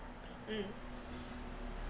mm